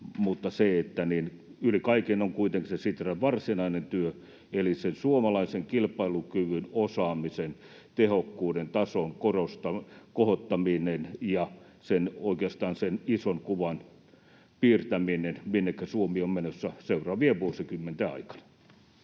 Mutta yli kaiken on kuitenkin se Sitran varsinainen työ eli suomalaisen kilpailukyvyn, osaamisen, tehokkuuden tason kohottaminen ja oikeastaan sen ison kuvan piirtäminen, minnekä Suomi on menossa seuraavien vuosikymmenten aikana.